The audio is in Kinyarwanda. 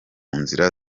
nzira